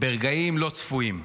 ברגעים לא צפויים.